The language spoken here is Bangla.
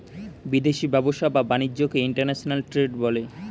বিদেশি ব্যবসা বা বাণিজ্যকে ইন্টারন্যাশনাল ট্রেড বলে